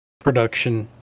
production